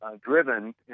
driven